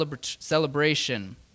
celebration